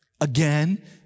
again